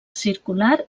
circular